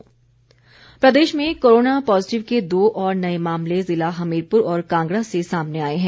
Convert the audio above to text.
corona update प्रदेश में corona positive के दो और नए मामले ज़िला हमीरपुर और कांगड़ा से सामने आये हैं